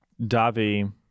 Davi